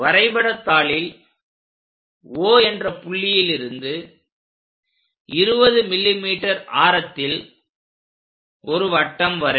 வரைபடத்தாளில் O என்ற புள்ளியில் இருந்து 20 mm ஆரத்தில் ஒரு வட்டம் வரைக